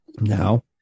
now